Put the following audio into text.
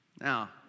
Now